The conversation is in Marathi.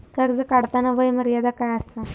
कर्ज काढताना वय मर्यादा काय आसा?